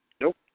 Nope